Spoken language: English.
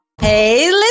Hey